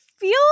feel